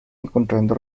encontrando